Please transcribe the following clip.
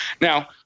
Now